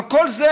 אבל כל זה,